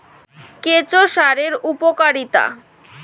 কেঁচো সারের উপকারিতা?